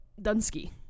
Dunsky